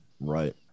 Right